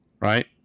right